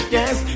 Yes